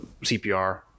CPR—